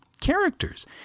characters